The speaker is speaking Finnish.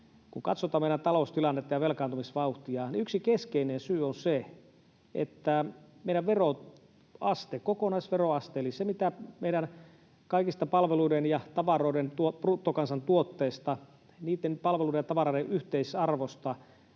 kun katsotaan meidän taloustilannettamme ja velkaantumisvauhtia, niin yksi keskeinen syy on se, että meidän veroaste, kokonaisveroaste eli se, mitä meidän kaikista palveluiden ja tavaroiden bruttokansantuotteesta, niiden palveluiden ja tavaroiden yhteisarvosta,